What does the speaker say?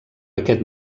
aquest